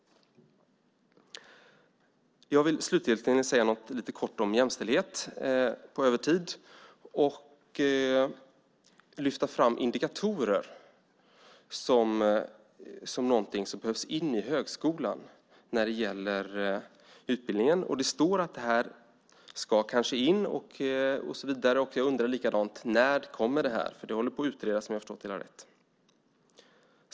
Jag vill slutligen säga något kort om jämställdhet - på övertid - och lyfta fram indikatorer som någonting som behövs i högskolan när det gäller utbildningen. Det står att det här kanske ska tas in och så vidare, och jag undrar: När kommer det här? Det håller på att utredas, om jag har förstått det hela rätt.